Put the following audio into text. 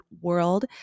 world